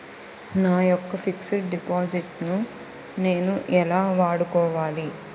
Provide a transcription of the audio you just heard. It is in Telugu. నా యెక్క ఫిక్సడ్ డిపాజిట్ ను నేను ఎలా వాడుకోవాలి?